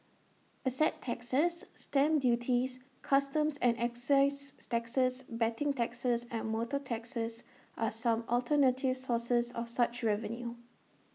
asset taxes stamp duties customs and excise taxes betting taxes and motor taxes are some alternative sources of such revenue